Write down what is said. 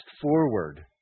forward